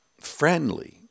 friendly